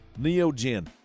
Neogen